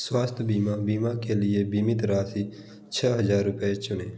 स्वास्थ्य बीमा बीमा के लिए बीमित राशि छः हज़ार रुपये चुनें